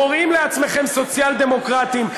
קוראים לעצמכם סוציאל-דמוקרטים,